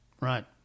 Right